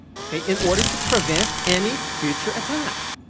okay? in order to prevent any future attack,